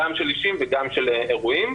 גם של אישים וגם של אירועים.